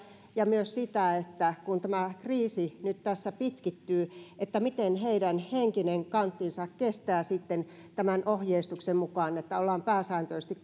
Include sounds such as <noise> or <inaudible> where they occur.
ja myös sitä että kun tämä kriisi nyt tässä pitkittyy miten heidän henkinen kanttinsa kestää sitten sen että tämän ohjeistuksen mukaan ollaan pääsääntöisesti <unintelligible>